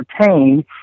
entertain